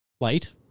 Light